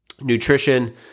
nutrition